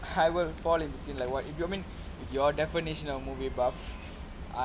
I will fall in between like what if you mean your definition of movie buff